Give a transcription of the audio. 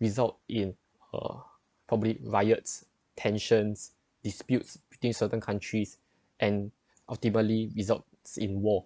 result in uh public riots tensions disputes between certain countries and ultimately results in war